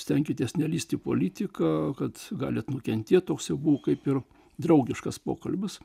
stenkitės nelįsti į politiką kad galit nukentėt toks jau buvo kaip ir draugiškas pokalbis